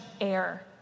air